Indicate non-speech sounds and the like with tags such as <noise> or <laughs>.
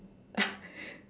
<laughs>